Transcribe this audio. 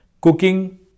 cooking